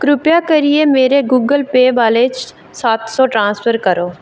किरपा करियै मेरे गूगल पेऽ वालेट च सत्त सौ ट्रांसफर करो